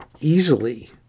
easily